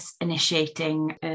initiating